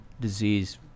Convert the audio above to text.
disease